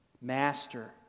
master